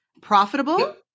profitable